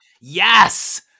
yes